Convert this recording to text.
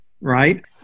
right